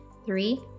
three